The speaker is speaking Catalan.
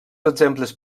exemples